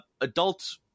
adult